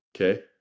Okay